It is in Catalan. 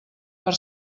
per